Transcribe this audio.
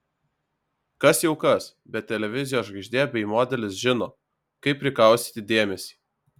kas jau kas bet televizijos žvaigždė bei modelis žino kaip prikaustyti dėmesį